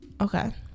Okay